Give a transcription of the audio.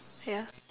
ya